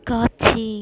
காட்சி